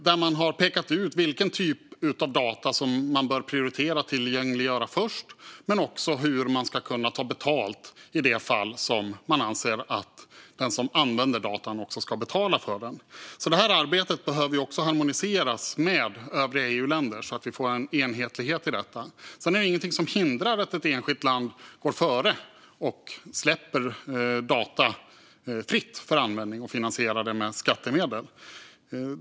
Där har man pekat ut vilken typ av data som man bör prioritera att tillgängliggöra först, men också hur man ska kunna ta betalt i de fall man anser att den som använder data också ska betala för dem. Detta arbete behöver alltså harmoniseras med övriga EU-länder så att vi får en enhetlighet i detta. Sedan är det ingenting som hindrar att ett enskilt land går före och släpper data fritt för användning och finansierar det med skattemedel.